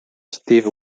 steve